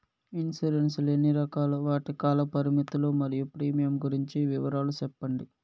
Insurance లు ఎన్ని రకాలు? వాటి కాల పరిమితులు మరియు ప్రీమియం గురించి వివరాలు సెప్పండి?